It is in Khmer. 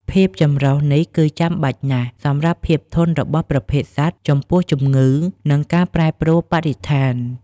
ភាពចម្រុះនេះគឺចាំបាច់ណាស់សម្រាប់ភាពធន់របស់ប្រភេទសត្វចំពោះជំងឺ និងការប្រែប្រួលបរិស្ថាន។